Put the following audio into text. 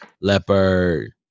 Leopard